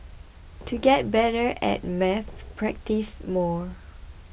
to get better at maths practise more